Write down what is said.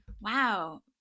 wow